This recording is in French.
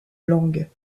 langues